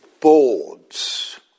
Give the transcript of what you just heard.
boards